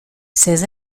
ses